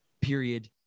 Period